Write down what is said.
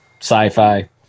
sci-fi